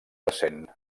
recent